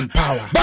power